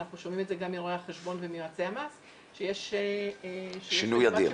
ואנחנו שומעים את זה גם מרואי החשבון ויועצי המס שיש מגמת שיפור.